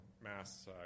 mass